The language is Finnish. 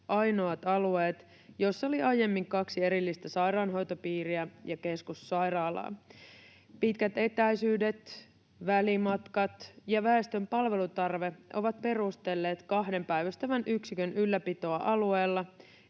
ainoat alueet, joilla oli aiemmin kaksi erillistä sairaanhoitopiiriä ja keskussairaalaa. Pitkät etäisyydet, välimatkat ja väestön palvelutarve ovat perustelleet kahden päivystävän yksikön ylläpitoa alueilla,